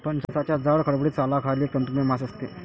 फणसाच्या जाड, खडबडीत सालाखाली एक तंतुमय मांस असते